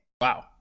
Wow